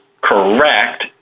correct